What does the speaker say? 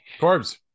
Corbs